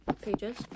pages